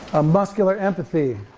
a muscular empathy,